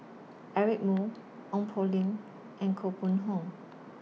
Eric Moo Ong Poh Lim and Koh Mun Hong